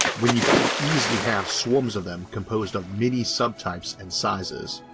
when you could easily have swarms of them composed of many sub-types and sizes.